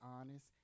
honest